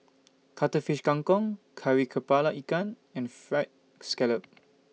Cuttlefish Kang Kong Kari Kepala Ikan and Fried Scallop